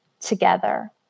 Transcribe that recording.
together